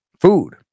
Food